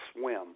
swim